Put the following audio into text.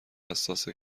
حساسه